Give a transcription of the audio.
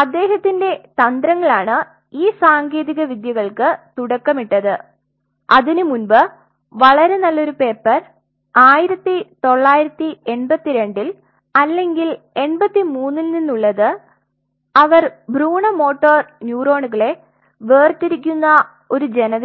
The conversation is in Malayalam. അദ്ദേഹത്തിന്റെ തന്ത്രങ്ങളാണ് ഈ സാങ്കേതിക വിദ്യകൾക്ക് തുടക്കമിട്ടത് അതിനുമുൻപ് വളരെ നല്ല ഒരു പേപ്പർ 1982 ൽ അല്ലെങ്കിൽ 83 ൽ നിന്ന് ഉള്ളത് അവർ ഭ്രൂണ മോട്ടോർ ന്യൂറോണുകളെ വേർതിരിക്കുന്ന ഒരു ജനതയാണ്